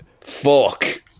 Fuck